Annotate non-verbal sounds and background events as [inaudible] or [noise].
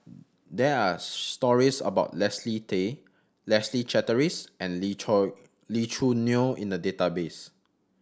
there are stories about Leslie Tay Leslie Charteris and Lee [unintelligible] Lee Choo Neo in the database